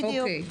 אוקי.